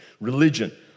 religion